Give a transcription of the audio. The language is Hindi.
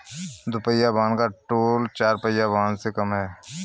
दुपहिया वाहन का टोल चार पहिया वाहन से कम लगता है